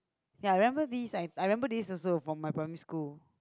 ya I remember this I I remember this also from my primary school